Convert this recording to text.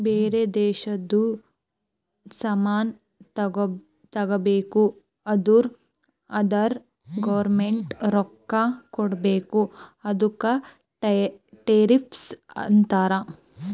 ಬೇರೆ ದೇಶದು ಸಾಮಾನ್ ತಗೋಬೇಕು ಅಂದುರ್ ಅದುರ್ ಗೌರ್ಮೆಂಟ್ಗ ರೊಕ್ಕಾ ಕೊಡ್ಬೇಕ ಅದುಕ್ಕ ಟೆರಿಫ್ಸ್ ಅಂತಾರ